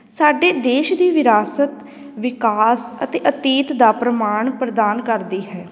ਸਾਡੇ ਦੇਸ਼ ਦੀ ਵਿਰਾਸਤ ਵਿਕਾਸ ਅਤੇ ਅਤੀਤ ਦਾ ਪ੍ਰਮਾਣ ਪ੍ਰਦਾਨ ਕਰਦੀ ਹੈ